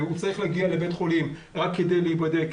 והוא צריך להגיע לבית חולים רק כדי להיבדק,